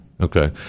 Okay